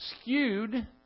skewed